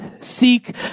Seek